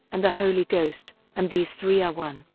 and the holy ghost and these three are one,